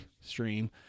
stream